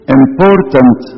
important